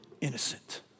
innocent